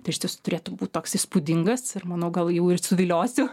tai iš tiesų turėtų būt toks įspūdingas ir manau gal jau ir suviliosiu